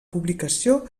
publicació